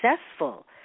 successful